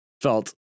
felt